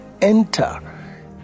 enter